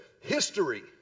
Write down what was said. history